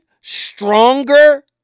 stronger